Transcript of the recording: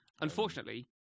Unfortunately